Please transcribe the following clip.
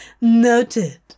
Noted